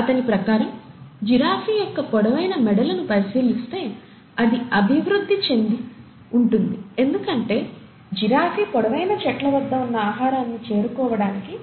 అతని ప్రకారం జిరాఫీ యొక్క పొడవైన మెడలను పరిశీలిస్తే అది అభివృద్ధి చెంది ఉంటుంది ఎందుకంటే జిరాఫీ పొడవైన చెట్ల వద్ద ఉన్న ఆహారాన్ని చేరుకోవడానికి